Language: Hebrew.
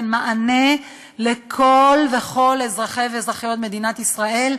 ייתן מענה לכל אזרחי ואזרחיות מדינת ישראל,